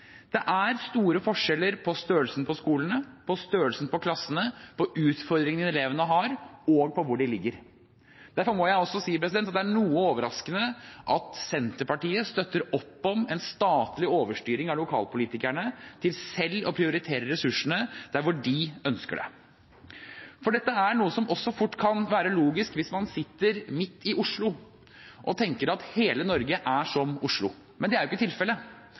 Det er store forskjeller på størrelsen på skolene, på størrelsen på klassene, på utfordringene elevene har, og på hvor de ligger. Derfor må jeg si at det er noe overraskende at Senterpartiet støtter opp om en statlig overstyring av lokalpolitikerne til selv å prioritere ressursene der hvor de ønsker det. Dette er noe som fort kan være logisk hvis man sitter midt i Oslo og tenker at hele Norge er som Oslo – men det er jo ikke tilfellet.